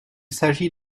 s’agit